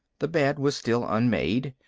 the bed was still unmade.